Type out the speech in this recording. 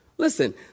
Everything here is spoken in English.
Listen